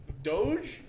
Doge